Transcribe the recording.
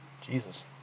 Jesus